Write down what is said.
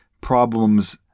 problems